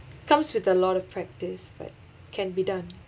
comes with a lot of practice but can be done